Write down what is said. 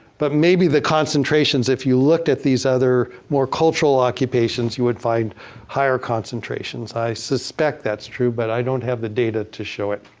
but maybe the concentrations if you looked at these other more cultural occupations, you would find higher concentrations. i suspect that's true but i don't have the data to show it.